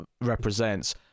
represents